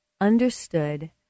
understood